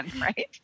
right